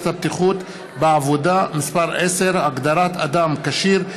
הבטיחות בעבודה (מס' 10) (הגדרת אדם כשיר),